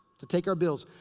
to take our bills.